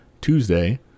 Tuesday